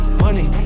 money